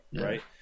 right